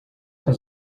has